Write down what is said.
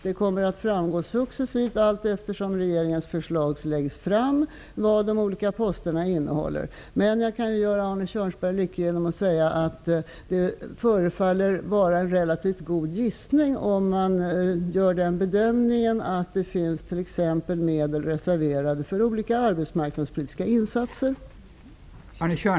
Det kommer att framgå successivt, allt eftersom regeringens förslag läggs fram, vad de olika posterna innehåller. Men jag kan göra Arne Kjörnsberg lycklig genom att säga att det förefaller vara en relativt god gissning om man gör den bedömningen att det t.ex. finns medel reserverade för olika arbetsmarknadspolitiska insatser.